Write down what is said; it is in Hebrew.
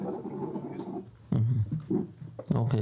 --- אוקי,